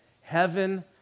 heaven